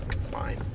Fine